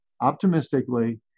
optimistically